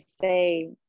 say